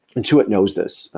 intuit knows this.